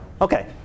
Okay